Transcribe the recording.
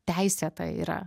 teisėta yra